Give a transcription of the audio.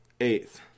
Eighth